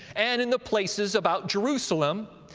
and in the places about jerusalem,